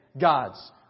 God's